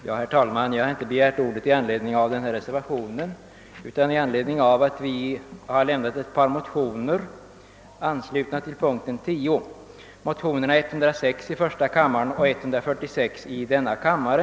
Herr talman! Jag har inte begärt ordet i anledning av reservationen utan därför att vi har avlämnat ett par motioner i anslutning till punkten 10, nr 106 i första kammaren och nr 146 i denna kammare.